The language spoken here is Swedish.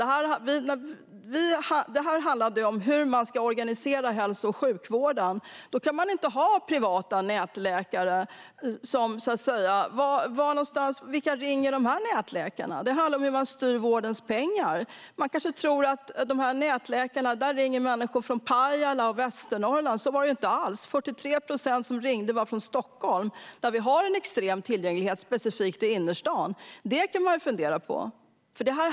Men det här handlade om hur man ska organisera hälso och sjukvården, och då kan man inte ha privata nätläkare. Vilka är det som ringer nätläkarna? Det handlar om hur man styr vårdens pengar. Man kanske tror att det är människor från Pajala och Västernorrland som ringer nätläkarna, men så är det inte alls - 43 procent av dem som ringde var från Stockholm, där vi har en extrem tillgänglighet, specifikt i innerstan. Det kan man ju fundera på.